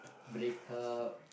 break up